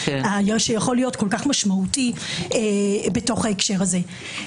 שיכול להיות כל כך משמעותי בהקשר הזה.